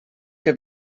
que